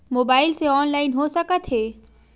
Mobile से online हो सकत हे?